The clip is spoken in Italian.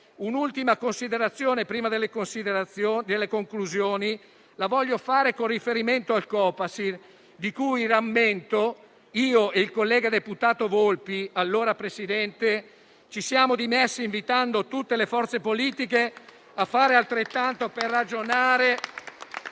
un'ultima considerazione, prima delle conclusioni, con riferimento al Copasir, da cui - lo rammento - io e il collega deputato Volpi, allora Presidente, ci siamo dimessi, invitando tutte le forze politiche a fare altrettanto, per ragionare